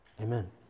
Amen